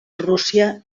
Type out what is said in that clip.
rússia